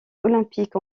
olympique